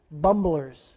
bumblers